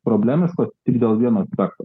problemiškos tik dėl vieno aspekto